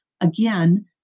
again